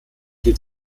die